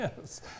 Yes